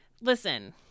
listen